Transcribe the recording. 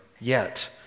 yet